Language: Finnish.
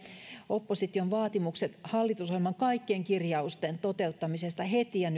opposition vaatimukset hallitusohjelman kaikkien kirjausten toteuttamisesta heti ja